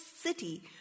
city